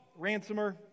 Ransomer